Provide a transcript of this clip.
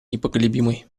непоколебимой